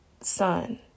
son